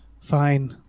fine